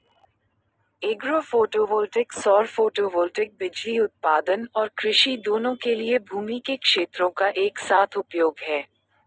agro photovoltaic सौर photovoltaic बिजली उत्पादन और कृषि दोनों के लिए भूमि के क्षेत्रों का एक साथ उपयोग है